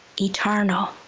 eternal